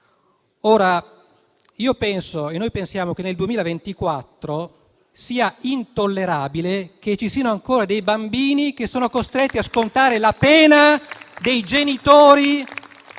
Io penso, noi pensiamo, che nel 2024 sia intollerabile che ci siano ancora dei bambini costretti a scontare la pena dei genitori